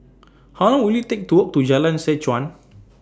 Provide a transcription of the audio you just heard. How Long Will IT Take to Walk to Jalan Seh Chuan